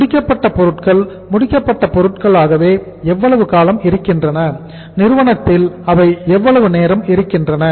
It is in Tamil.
முடிக்கப்பட்ட பொருட்கள் முடிக்கப்பட்ட பொருட்களாக எவ்வளவு காலம் இருக்கின்றன நிறுவனத்தில் அவை எவ்வளவு நேரம் இருக்கின்றன